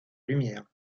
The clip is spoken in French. lumière